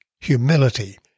humility